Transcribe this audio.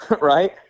Right